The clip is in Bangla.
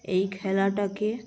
এই খেলাটাকে